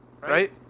right